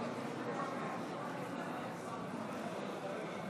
אנחנו עוברים להצבעה על ההצעה להביע